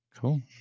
cool